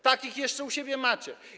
Takich jeszcze u siebie macie.